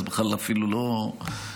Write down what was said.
זה בכלל אפילו לא,